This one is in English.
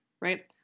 right